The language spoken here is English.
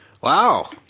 Wow